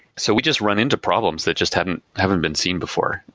so we just run into problems that just haven't haven't been seen before,